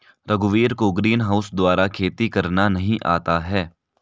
रघुवीर को ग्रीनहाउस द्वारा खेती करना नहीं आता है